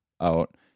out